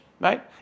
right